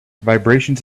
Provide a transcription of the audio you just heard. vibrations